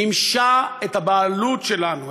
מימשה את הבעלות שלנו,